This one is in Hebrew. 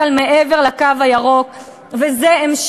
ושוב,